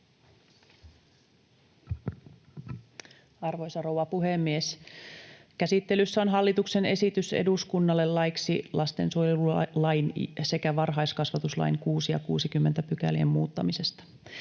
N/A Type: speech Section: 7 - Hallituksen esitys eduskunnalle laeiksi lastensuojelulain sekä varhaiskasvatuslain 6 ja 60 §:n muuttamisesta